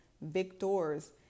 victors